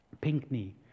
Pinkney